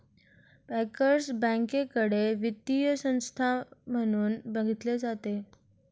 bankers बँकेकडे वित्तीय संस्था म्हणून बघितले जाते